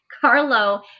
Carlo